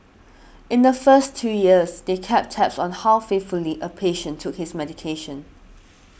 in the first two years they kept tabs on how faithfully a patient took his medication